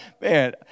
man